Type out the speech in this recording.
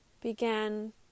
began